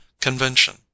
convention